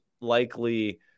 likely